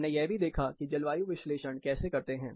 हमने यह भी देखा कि जलवायु विश्लेषण कैसे करते हैं